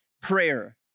prayer